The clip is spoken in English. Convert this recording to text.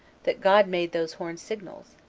that god made those horns signals,